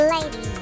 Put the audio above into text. Lady